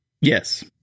Yes